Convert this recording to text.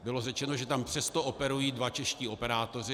Bylo řečeno, že tam přesto operují dva čeští operátoři.